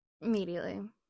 Immediately